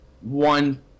one